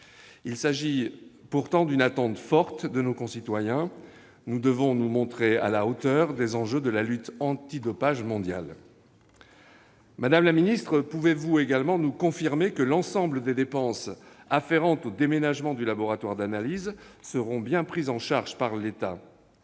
Il s'agit pourtant d'une attente forte de nos concitoyens. Nous devons nous montrer à la hauteur des enjeux de la lutte antidopage mondiale. Madame la ministre, pouvez-vous également nous confirmer que l'ensemble des dépenses afférentes au déménagement du laboratoire d'analyses seront bien prises en charge par l'État ?